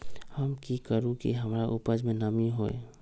हम की करू की हमार उपज में नमी होए?